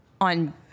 on